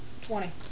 twenty